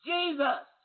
Jesus